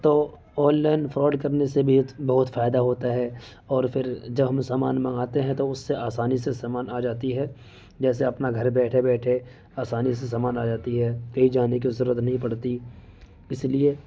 تو online fraud کرنے سے بہت فائدہ ہوتا ہے اور پھر جب ہم سامان منگاتے ہیں تو اس سے آسانی سے سامان آ جاتی ہے جیسے اپنا گھر بیٹھے بیٹھے آسانی سے سامان آ جاتی ہے کہیں جانے کی ضرورت نہیں پڑتی اس لیے